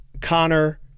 connor